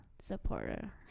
supporter